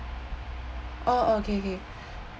o~ okay okay